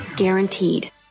Guaranteed